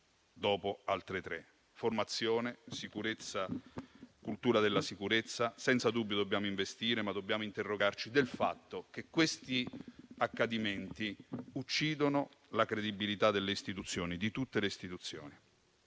morte altre tre. Formazione, sicurezza, cultura della sicurezza: senza dubbio dobbiamo investire, ma dobbiamo interrogarci sul fatto che questi accadimenti uccidono la credibilità di tutte le istituzioni.